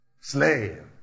Slave